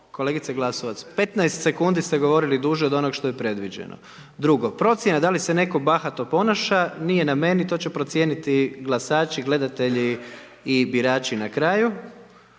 Kolegice Glasovac 15 sec ste govorili duže od ongo što je predviđeno. Drugo, procjena da li se netko bahato ponaša, nije na meni, to će procijeniti glasači, gledatelji i birači na kraju.